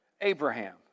Abraham